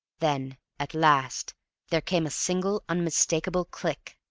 then at last there came a single unmistakable click.